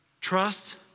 Trust